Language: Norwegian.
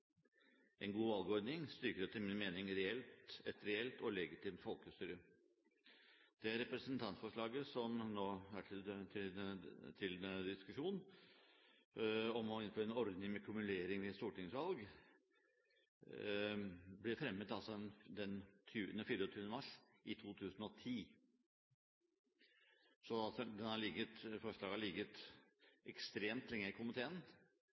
En god valgordning styrker etter min mening et reelt og legitimt folkestyre. Det representantforslaget som nå er til diskusjon, om å innføre en ordning med kumulering ved stortingsvalg, ble fremmet den 24. mars 2010. Forslaget har altså ligget ekstremt lenge i komiteen.